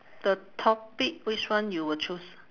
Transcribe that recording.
the topic which one you will choose